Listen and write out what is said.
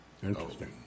Interesting